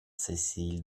cécile